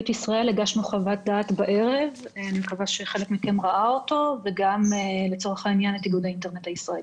ישראל וגם בשם איגוד האינטרנט הישראלי.